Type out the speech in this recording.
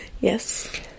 Yes